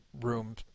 room